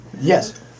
Yes